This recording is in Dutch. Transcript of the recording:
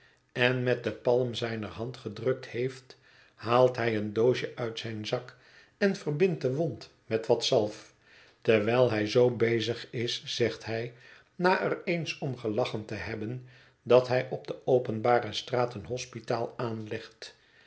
en met de palm zijner hand gedrukt heeft haalt hij een doosje uit zijn zak en verbindt de wond met wat zalf terwijl hij zoo bezig is zegt hij na er eens om gelachen te hebben dat hij op de openbare straat een hospitaal aanlegt